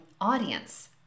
audience